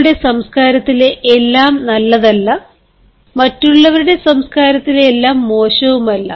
നിങ്ങളുടെ സംസ്കാരത്തിലെ എല്ലാം നല്ലതല്ല മറ്റുള്ളവരുടെ സംസ്കാരത്തിലെ എല്ലാം മോശവുമല്ല